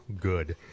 good